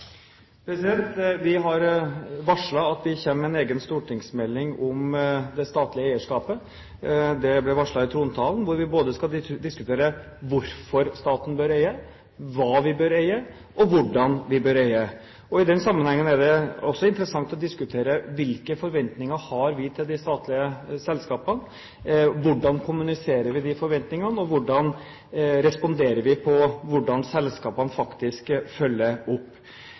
Vi har varslet at vi kommer med en egen stortingsmelding om det statlige eierskapet – det ble varslet i trontalen – hvor vi både skal diskutere hvorfor staten bør eie, hva vi bør eie, og hvordan vi bør eie. I den sammenhengen er det også interessant å diskutere hvilke forventninger vi har til de statlige selskapene, hvordan vi kommuniserer de forventningene, og hvordan vi responderer på hvordan selskapene faktisk følger opp.